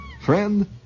Friend